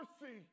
mercy